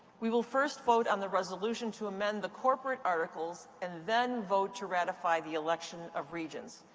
we will first vote on the resolution to amend the corporate articles, and then vote to ratify the election of regents.